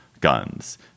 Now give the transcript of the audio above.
guns